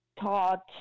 taught